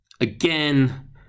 again